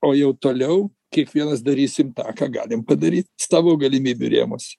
o jau toliau kiekvienas darysim tą ką galim padaryt savo galimybių rėmuose